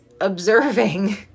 observing